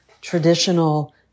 traditional